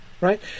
right